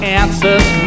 answers